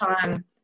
time